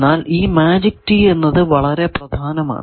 എന്നാൽ ഈ magic T എന്നത് വളരെ പ്രധാനമാണ്